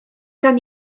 can